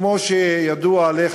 כמו שידוע עליך,